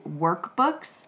workbooks